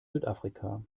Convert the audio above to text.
südafrika